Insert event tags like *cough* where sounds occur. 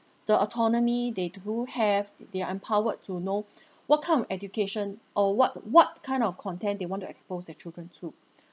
the autonomy they do have they're empowered to know *breath* what kind of education or what what kind of content they want to expose their children to